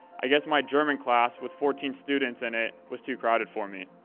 i guess my german class, with fourteen students in it, was too crowded for me.